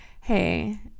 Hey